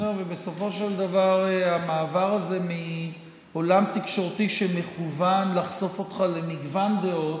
בסופו של דבר המעבר הזה מעולם תקשורתי שמכוון לחשוף אותך למגוון דעות,